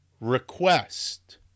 request